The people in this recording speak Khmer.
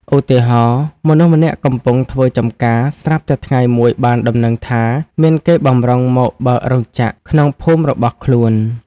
ឧទាហរណ៍ៈ មនុស្សម្នាក់កំពុងធ្វើចម្ការ ស្រាប់តែថ្ងៃមួយបានដំណឹងថា មានគេបម្រុងមកបើករោងចក្រក្នុងភូមិរបស់ខ្លួន ។